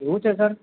એવું છે સર